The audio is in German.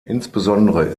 insbesondere